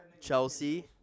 Chelsea